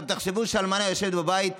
עכשיו תחשבו שהאלמנה יושבת בבית,